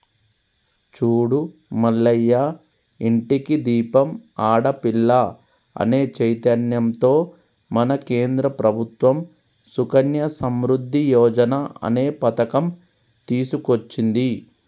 చూడు మల్లయ్య ఇంటికి దీపం ఆడపిల్ల అనే చైతన్యంతో మన కేంద్ర ప్రభుత్వం సుకన్య సమృద్ధి యోజన అనే పథకం తీసుకొచ్చింది